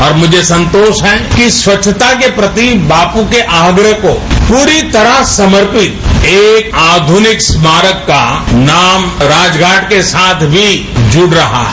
और मझे संतोष है कि स्वच्छता के प्रति बापू को आग्रह को पूरी तरह समर्पित एक आध्निक स्मारक का नाम राजघाट के साथ भी जुड़ रहा है